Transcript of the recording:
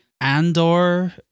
Andor